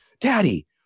daddy